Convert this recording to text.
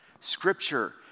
Scripture